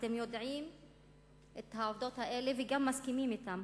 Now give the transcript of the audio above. אתם יודעים את העובדות האלה וגם מסכימים אתן.